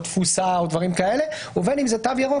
תפוסה או דברים כאלה ובין אם זה תו ירוק,